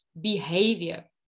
behavior